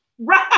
Right